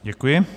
Děkuji.